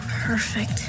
perfect